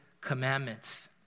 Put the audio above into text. commandments